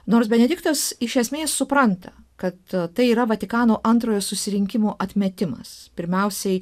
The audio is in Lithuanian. nors benediktas iš esmės supranta kad tai yra vatikano antrojo susirinkimo atmetimas pirmiausiai